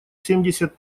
семьдесят